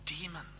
demon